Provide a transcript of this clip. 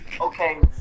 okay